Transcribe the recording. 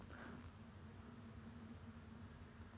because like now I'm like one seven two